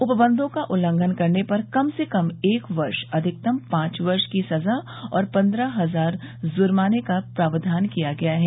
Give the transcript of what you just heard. उपबन्धों का उल्लंघन करने पर कम से कम एक वर्ष अधिकतम पांच वर्ष की सजा और पन्द्रह हजार जुर्माने का प्राविधान किया गया है